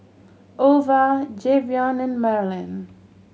Ova Jayvion and Marylin